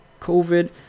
COVID